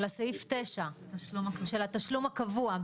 של סעיף 9, של התשלום הקבוע.